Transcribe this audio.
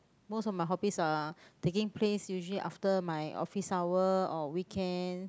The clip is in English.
most of my hobbies are taking place usually after my office hour or weekend